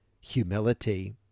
humility